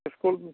school भी है